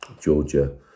Georgia